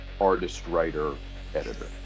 artist-writer-editor